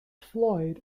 floyd